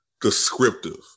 descriptive